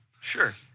Sure